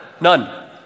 none